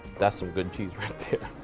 that's some good cheese right there,